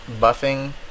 buffing